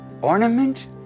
Ornament